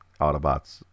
Autobots